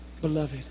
beloved